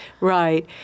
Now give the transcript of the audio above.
Right